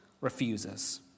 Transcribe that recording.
refuses